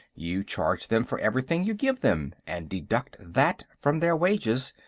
you charge them for everything you give them, and deduct that from their wages.